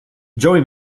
joey